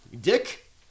Dick